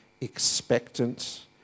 expectant